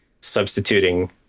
substituting